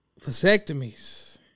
vasectomies